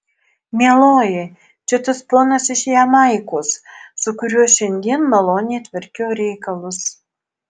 mieloji čia tas ponas iš jamaikos su kuriuo šiandien maloniai tvarkiau reikalus